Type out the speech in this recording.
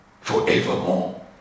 forevermore